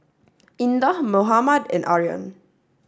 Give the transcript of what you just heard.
Indah Muhammad and Aryan